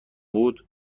بود